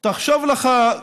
תחשוב לך,